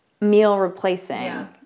meal-replacing